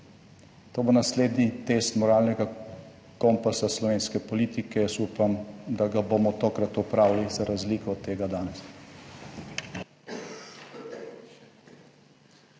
To bo naslednji test moralnega kompasa slovenske politike. Jaz upam, da ga bomo tokrat opravili, za razliko od tega danes.